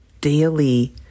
daily